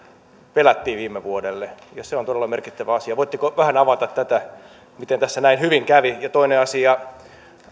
pelättiin ja se on todella merkittävä asia voitteko vähän avata tätä miten tässä näin hyvin kävi ja toinen asia